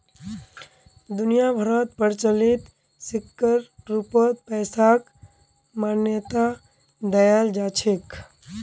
दुनिया भरोत प्रचलित सिक्कर रूपत पैसाक मान्यता दयाल जा छेक